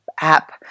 app